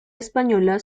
española